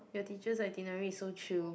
your teacher's itinerary is so chill